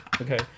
Okay